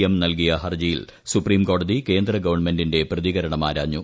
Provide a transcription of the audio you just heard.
M നൽകിയ ഹർജിയിൽ സുപ്രീംകോടതി കേന്ദ്ര ഗവൺമെന്റിന്റെ പ്രതികരണം ആരാഞ്ഞു